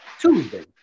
Tuesday